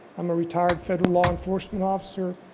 i'm a retired federal law-enforcement officer.